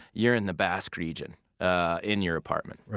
you're in the basque region ah in your apartment